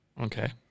Okay